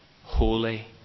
holy